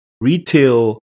retail